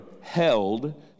held